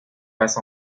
passe